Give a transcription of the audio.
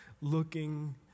looking